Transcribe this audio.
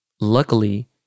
luckily